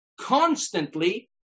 Constantly